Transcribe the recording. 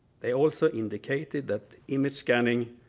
they also indicated that image scanning